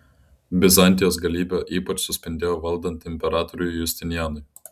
bizantijos galybė ypač suspindėjo valdant imperatoriui justinianui